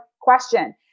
question